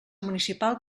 municipal